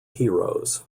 heroes